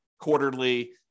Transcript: quarterly